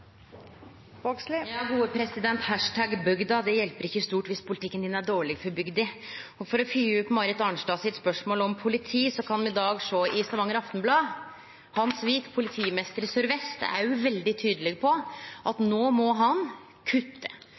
hjelper ikkje stort dersom politikken er dårleg for bygda. For å følgje opp spørsmålet frå Marit Arnstad om politi: Me kan i dag sjå i Stavanger Aftenblad at politimeisteren i Sør-Vest politidistrikt, Hans Vik, er veldig tydeleg på at no må han kutte. Det